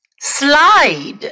Slide